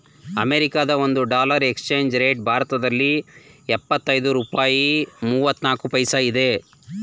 ಅಮೆರಿಕದ ಒಂದು dollar exchange rate ಭಾರತದಲ್ಲಿ ಎಪ್ಪತ್ತೈದು ರೂಪಾಯಿ ಮೂವ್ನಾಲ್ಕು ಪೈಸಾ ಇದೆ